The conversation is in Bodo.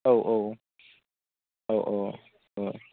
औ औ औ औ